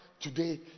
today